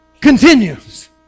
continues